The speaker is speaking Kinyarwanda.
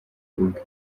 ubwe